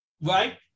Right